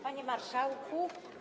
Panie Marszałku!